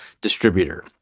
distributor